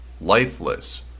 lifeless